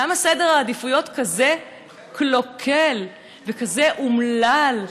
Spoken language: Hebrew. למה סדר העדיפויות כזה קלוקל וכזה אומלל?